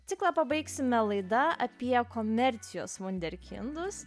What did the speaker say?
ciklą pabaigsime laida apie komercijos vunderkindus